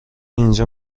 اینجا